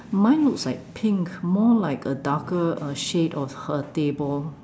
mine looks like pink more like a darker uh shade of her table